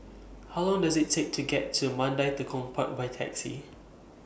How Long Does IT Take to get to Mandai Tekong Park By Taxi